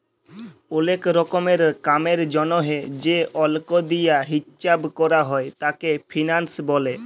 ওলেক রকমের কামের জনহে যে অল্ক দিয়া হিচ্চাব ক্যরা হ্যয় তাকে ফিন্যান্স ব্যলে